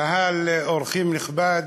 קהל אורחים נכבד,